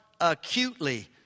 acutely